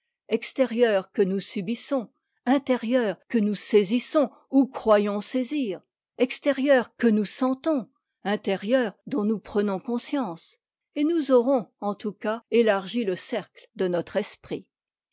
extérieures que nous subissons intérieures que nous saisissons ou croyons saisir extérieures que nous sentons intérieures dont nous prenons conscience et nous aurons en tout cas élargi le cercle de notre esprit